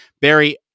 Barry